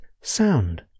sound